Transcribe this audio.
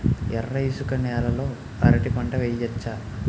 ఎర్ర ఇసుక నేల లో అరటి పంట వెయ్యచ్చా?